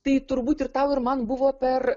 tai turbūt ir tau ir man buvo per